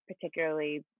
particularly